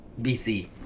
BC